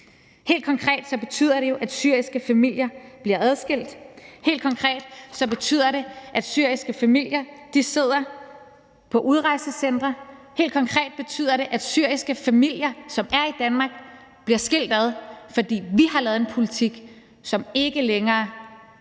Helt konkret betyder det jo, at syriske familier bliver adskilt; helt konkret betyder det, at syriske familier sidder på udrejsecentre; helt konkret betyder det, at syriske familier, som er i Danmark, bliver skilt ad, fordi vi har lavet en politik, som ikke længere er i